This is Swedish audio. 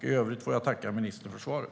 I övrigt får jag tacka ministern för svaret.